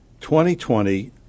2020